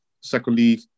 Secondly